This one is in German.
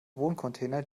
wohncontainer